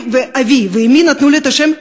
אבי ואמי נתנו לי את השם קסניה.